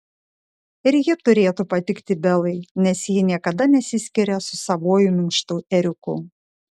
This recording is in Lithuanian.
ir ji turėtų patikti belai nes ji niekada nesiskiria su savuoju minkštu ėriuku